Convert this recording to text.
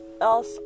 else